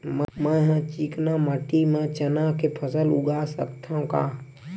मै ह चिकना माटी म चना के फसल उगा सकथव का?